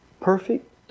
Perfect